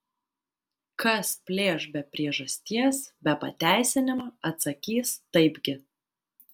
kas plėš be priežasties be pateisinimo atsakys taipgi